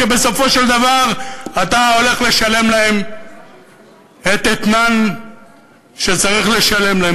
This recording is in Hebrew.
שבסופו של דבר אתה הולך לשלם להם את האתנן שצריך לשלם להם,